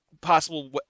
possible